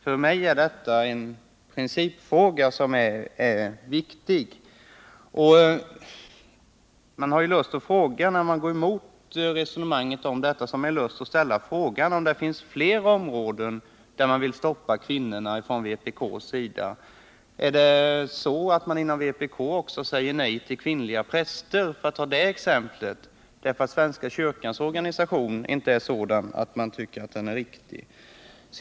För mig är detta en principfråga som är viktig. När vpk går emot detta har man lust att ställa frågan om det finns flera områden där vpk vill stoppa kvinnorna. Säger man inom vpk också nej till kvinnliga präster, för att ta det exemplet, därför att man inte tycker att svenska kyrkans organisation är riktig?